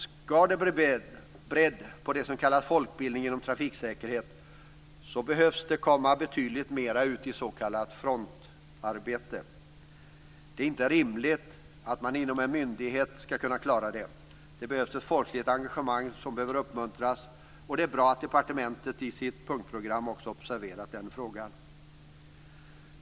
Skall det bli en bredd på det som kallas folkbildning inom trafiksäkerhet behövs det mer s.k. frontarbete. Det är inte rimligt att klara det inom en enda myndighet. Ett folkligt engagemang behöver uppmuntras, och det är bra att departementet har observerat frågan i sitt punktprogram.